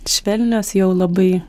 švelnios jau labai